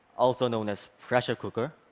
also known as pressure cooker,